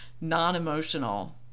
non-emotional